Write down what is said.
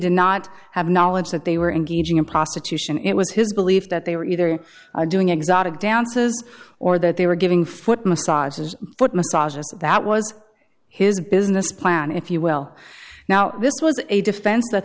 did not have knowledge that they were engaging in prostitution it was his belief that they were either doing exotic dances or that they were giving foot massages foot massage that was his business plan if you will now this was a defense